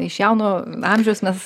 iš jauno amžiaus mes